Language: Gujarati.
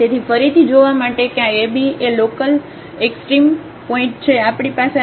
તેથી ફરીથી જોવા માટે કે આ ab એ લોકલએક્સ્ટ્રીમમએક્સ્ટ્રીમમ પોઇન્ટ છે આપણી પાસે આ fx 0 ની બરાબર છે